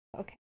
Okay